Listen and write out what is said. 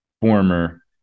former